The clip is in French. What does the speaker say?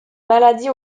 maladie